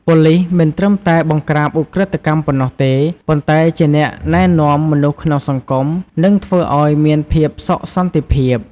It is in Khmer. ប៉ូលីសមិនត្រឹមតែបង្ក្រាបឧក្រិដ្ឋកម្មប៉ុណ្ណោះទេ ប៉ុន្តែជាអ្នកណែនាំមនុស្សក្នុងសង្គម និងធ្វើអោយមានភាពសុខសន្តិភាព។